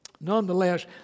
Nonetheless